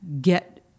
get